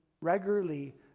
regularly